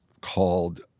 called